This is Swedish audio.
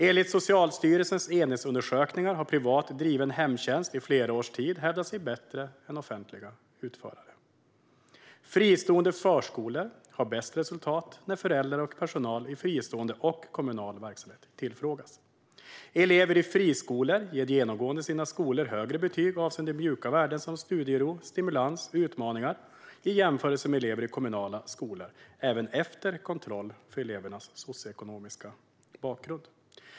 Enligt Socialstyrelsens enhetsundersökningar har privat driven hemtjänst i flera års tid hävdat sig bättre än offentliga hemtjänstutförare. Fristående förskolor har bäst resultat när föräldrar och personal i fristående och kommunal verksamhet tillfrågas. Elever i friskolor ger genomgående sina skolor högre betyg avseende mjuka värden som studiero, stimulans och utmaningar i jämförelse med elever i kommunala skolor - även efter kontroll för elevernas socioekonomiska bakgrund.